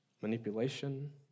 manipulation